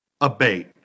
abate